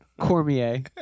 Cormier